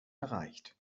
erreicht